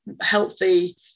healthy